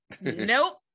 Nope